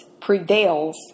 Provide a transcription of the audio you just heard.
prevails